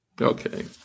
Okay